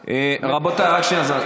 רבותיי, רק שנייה.